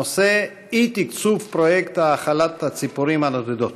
הנושא: אי-תקצוב פרויקט האכלת הציפורים הנודדות.